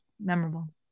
memorable